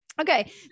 Okay